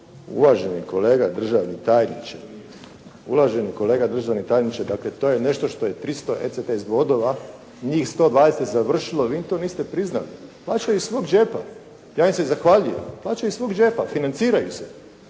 uvaženi kolega državni tajniče. Dakle to je nešto što je 300 ECTS bodova, njih 120 završilo, vi im to niste priznali. Plaćaju iz svog džepa. Ja im se zahvaljujem. Plaćaju iz svog džepa, financiraju se.